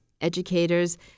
educators